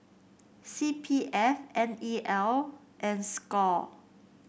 C P F N E L and Score